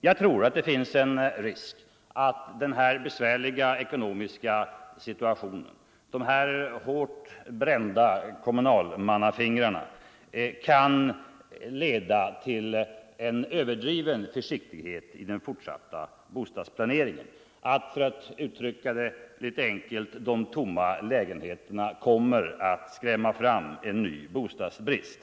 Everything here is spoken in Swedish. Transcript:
Jag tror att det finns risk för att den här besvärliga ekonomiska si tuationen — med de hårt brända kommunalmannafingrarna — kan leda — Nr 131 till överdriven försiktighet i den fortsatta bostadsplaneringen, att de oms Fredagen den ma lägenheterna kommer att skrämma fram en ny bostadsbrist.